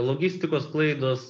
logistikos klaidos